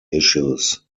issues